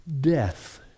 death